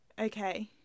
Okay